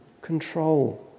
control